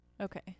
okay